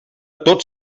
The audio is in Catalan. tot